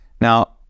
Now